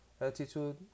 attitude